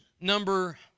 number